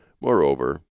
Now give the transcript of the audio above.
Moreover